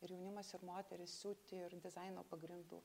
ir jaunimas ir moterys siūt ir dizaino pagrindų